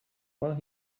well